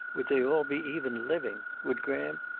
would they all be even living? would graham?